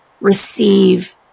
receive